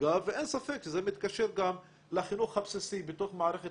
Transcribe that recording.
המדאיגה ואין ספק שזה מתקשר גם לחינוך הבסיסי בתוך מערכת